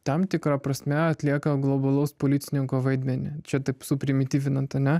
tam tikra prasme atlieka globalaus policininko vaidmenį čia taip suprimityvinant ane